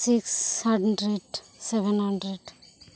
six hundred seven hundred